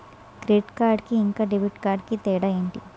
Credit card కి ఇంకా debit card కి తేడా ఏంటి?